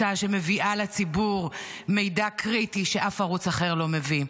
ערוץ אחר לא מביא,